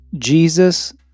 Jesus